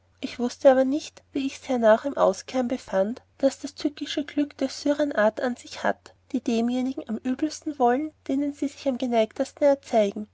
ich wußte aber nicht wie ichs hernach im auskehren befand daß das tückische glück der syrenen art an sich hat die demjenigen am übelsten wollen denen sie sich am geneigtesten erzeigen